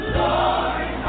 Glory